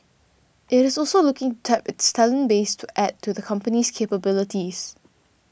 it is also looking tap its talent base to add to the company's capabilities